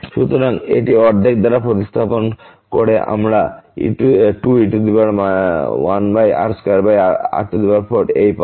সুতরাং এটি অর্ধেক দ্বারা প্রতিস্থাপন করে আমরা 2e 1r2r4 এই পাব